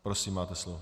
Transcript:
Prosím, máte slovo.